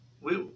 we-